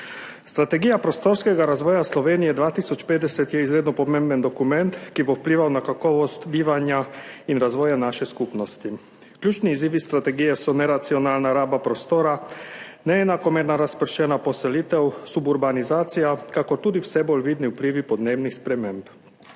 Strategija prostorskega razvoja Slovenije 2050 je izredno pomemben dokument, ki bo vplival na kakovost bivanja in razvoja naše skupnosti. Ključni izzivi strategije so neracionalna raba prostora, neenakomerna, razpršena poselitev, suburbanizacija, kakor tudi vse bolj vidni vplivi podnebnih sprememb.